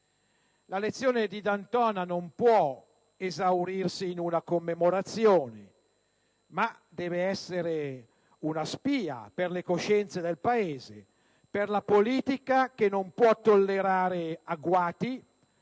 La lezione di D'Antona non può esaurirsi in una commemorazione ma deve essere una spia per le coscienze del Paese, per la politica, che non può tollerare agguati